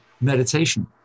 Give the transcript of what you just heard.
meditation